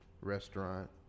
Restaurant